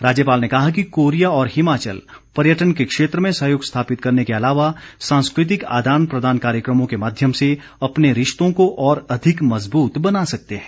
राज्यपाल ने कहा कि कोरिया और हिमाचल पर्यटन के क्षेत्र में सहयोग स्थापित करने के अलावा सांस्कृतिक आदान प्रदान कार्यक्रमों के माध्यम से अपने रिश्तों को और अधिक मजबूत बना सकते है